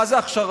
מה זה הכשרה?